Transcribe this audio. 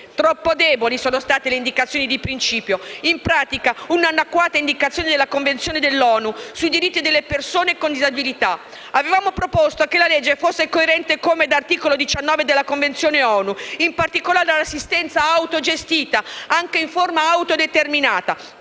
Troppo deboli sono state le indicazioni di principio. In pratica, c'è un'annacquata indicazione della Convenzione dell'ONU sui diritti delle persone con disabilità. Avevamo proposto che il provvedimento fosse coerente come da articolo 19 della Convenzione ONU, in particolare all'assistenza autogestita, anche in forma autodeterminata,